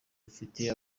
mfite